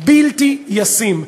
בלתי ישימה.